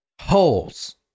Holes